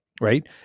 Right